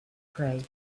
pray